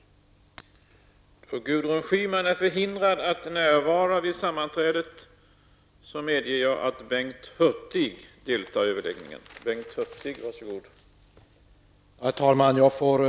Då Gudrun Schyman, som framställt frågan, anmält att hon var förhindrad att närvara vid sammanträdet, medgav talmannen att Bengt Hurtig i stället fick delta i överläggningen.